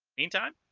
meantime